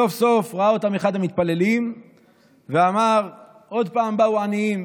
סוף-סוף ראה אותם אחד המתפללים ואמר: עוד פעם באו עניים,